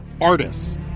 artists